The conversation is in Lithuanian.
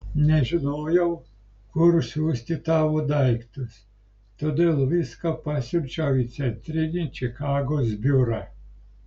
nežinojau kur siųsti tavo daiktus todėl viską pasiunčiau į centrinį čikagos biurą